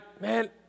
man